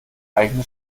eigene